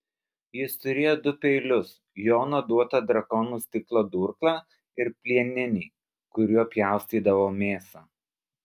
jis turėjo du peilius jono duotą drakonų stiklo durklą ir plieninį kuriuo pjaustydavo mėsą